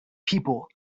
people